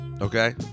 Okay